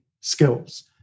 skills